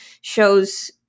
shows